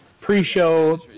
pre-show